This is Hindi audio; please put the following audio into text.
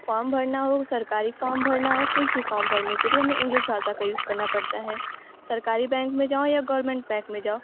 फॉम भरना हो सरकारी फॉम भरना हो कुछ भी फॉम भरने के लिए हमें इंग्लिश भाषा का यूज़ करना पड़ता है सरकारी बैंक में जाओ या गौरमेंट बैंक में जाओ